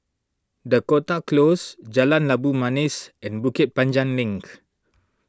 Dakota Close Jalan Labu Manis and Bukit Panjang Link